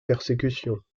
persécutions